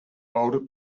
older